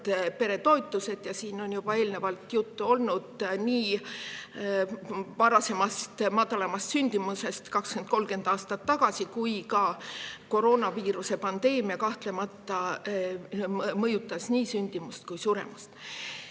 peretoetused. Siin on juba juttu olnud varasemast madalamast sündimusest 20–30 aastat tagasi, ka koroonaviiruse pandeemia kahtlemata mõjutas nii sündimust kui ka suremust.